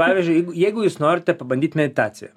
pavyzdžiui jeigu jūs norite pabandyt meditaciją